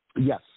Yes